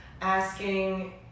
asking